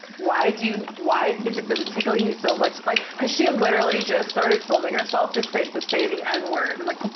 why do you, why is it, does it tickle you so much? it's like, cause she literally just started filming herself to say the say the n word and like,